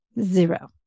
Zero